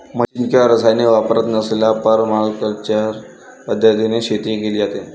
machine किंवा रसायने वापरत नसलेल्या परमाकल्चर पद्धतीने शेती केली जाते